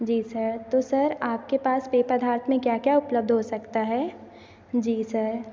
जी sir तो sir आपके पास पेय पदार्थ में क्या क्या उपलब्ध हो सकता है जी सर